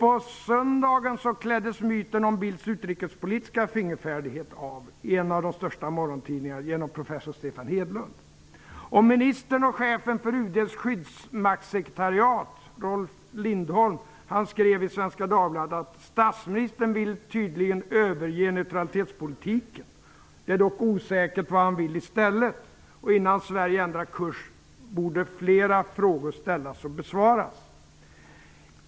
På söndagen kläddes sedan myten om Bildts utrikespolitiska fingerfärdighet av i en av de största morgontidningarna, genom professor Stefan Svenska Dagbladet: Statsministern vill tydligen överge neutralitetspolitiken. Det är dock osäkert vad han vill i stället, och innan Sverige ändrar kurs borde flera frågor ställas och besvaras.